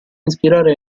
ispirare